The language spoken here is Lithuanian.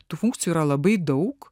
tų funkcijų yra labai daug